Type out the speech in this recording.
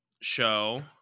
show